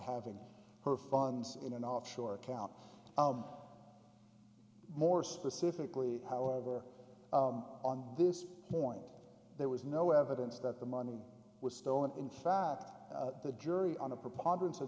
having her funds in an offshore account more specifically however on this point there was no evidence that the money was stolen in fact the jury on the preponderance of